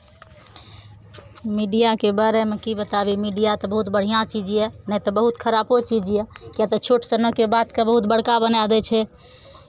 मीडियाके बारेमे की बताबी मीडिया तऽ बहुत बढ़िआँ चीज यए नहि तऽ बहुत खरापो चीज यए किएक तऽ छोट सनक बातकेँ बहुत बड़का बनाए दै छै